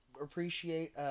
appreciate